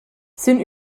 sün